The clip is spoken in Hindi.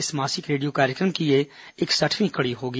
इस मासिक रेडियो कार्यक्रम की यह इकसठवीं कड़ी होगी